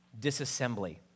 disassembly